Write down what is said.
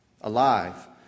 alive